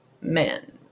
men